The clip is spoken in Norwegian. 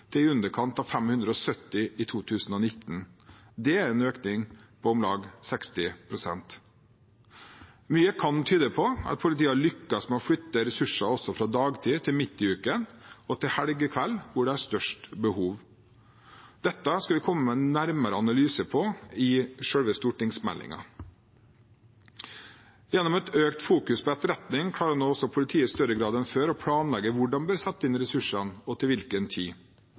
til i underkant av 570 i 2019. Det er en økning på om lag 60 pst. Mye kan tyde på at politiet har lyktes med å flytte ressurser også fra dagtid til midt i uken og til helgekveld, da det er størst behov. Dette skal vi komme med en nærmere analyse av i selve stortingsmeldingen. Gjennom et økt fokus på etterretning klarer nå politiet i større grad enn før å planlegge hvor de bør sette inn ressursene, og til hvilken tid.